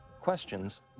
questions